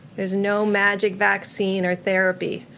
there is no magic vaccine or therapy.